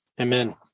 Amen